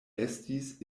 estis